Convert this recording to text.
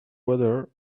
whether